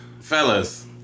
fellas